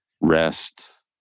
rest